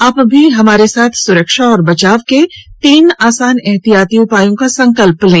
आप भी हमारे साथ सुरक्षा और बचाव के तीन आसान एहतियाती उपायों का संकल्प लें